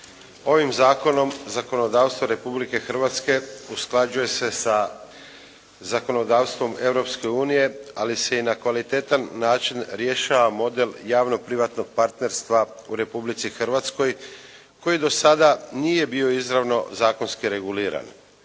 Ovim zakonom zakonodavstvo Republike Hrvatske usklađuje se sa zakonodavstvom Europske unije ali se i na kvalitetan način rješava model javno-privatnog partnerstva u Republici Hrvatskoj koji do sada nije bio izravno zakonski reguliran.